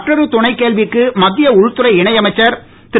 மற்றொரு துணைக் கேள்விக்கு மத்திய உள்துறை இணையமைச்சர் திரு